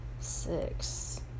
Six